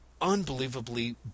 unbelievably